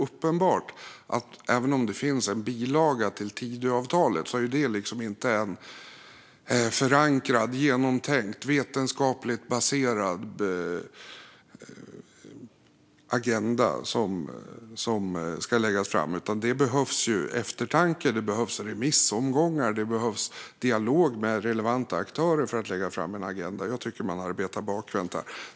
Men även om det finns en bilaga till Tidöavtalet tycker jag fortfarande inte att det är en förankrad, genomtänkt och vetenskapligt baserad agenda som ska läggas fram. Det behövs eftertanke, remissomgångar och dialog med relevanta aktörer för att lägga fram en agenda. Jag tycker att man arbetar bakvänt här.